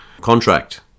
contract